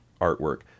artwork